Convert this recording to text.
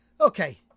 Okay